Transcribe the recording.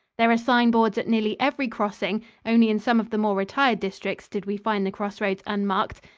there are sign-boards at nearly every crossing only in some of the more retired districts did we find the crossroads unmarked.